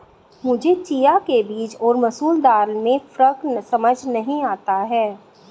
मुझे चिया के बीज और मसूर दाल में फ़र्क समझ नही आता है